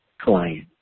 client